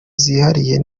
zihariye